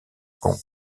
kong